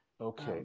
Okay